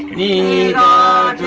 da da